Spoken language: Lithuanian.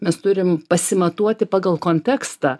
mes turim pasimatuoti pagal kontekstą